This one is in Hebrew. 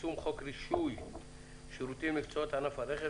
יישום חוק רישוי שירותים למקצועות בענף הרכב